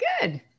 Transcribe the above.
good